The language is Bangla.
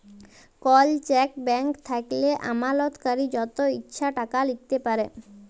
কল চ্যাক ব্ল্যান্ক থ্যাইকলে আমালতকারী যত ইছে টাকা লিখতে পারে